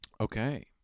Okay